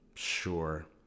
Sure